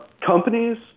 companies